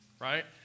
right